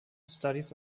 studies